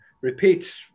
repeat